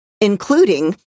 including